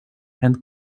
and